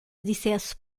dissesse